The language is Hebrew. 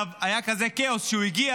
היה כזה כאוס, שכשהוא הגיע